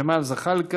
חבר הכנסת ג'מאל זחאלקה,